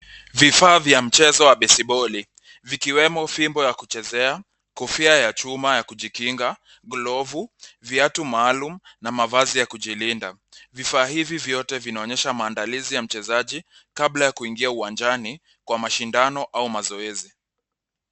Vifaa vya mchezo wa besiboli, vikiwemo fimbo ya kuchezea, kofia ya chuma ya kujikinga, glovu, viatu maalum na mavazi ya kujilinda. Vifaa hivi vyote vinaonyesha maandalizi ya mchezaji kabla ya kuingia uwanjani kwa mashindano au mazoezi.